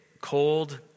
cold